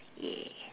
yeah